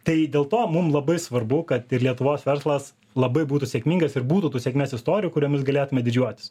tai dėl to mum labai svarbu kad ir lietuvos verslas labai būtų sėkmingas ir būtų tų sėkmės istorijų kuriomis galėtume didžiuotis